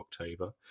October